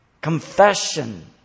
confession